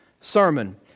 sermon